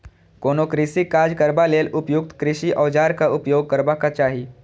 कोनो कृषि काज करबा लेल उपयुक्त कृषि औजारक उपयोग करबाक चाही